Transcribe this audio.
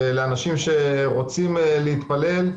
לאנשים שרוצים להתפלל,